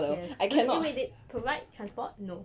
yes eh wait they they provide transport no